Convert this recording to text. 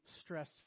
stress